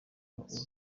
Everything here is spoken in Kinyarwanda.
mutungo